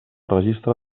registre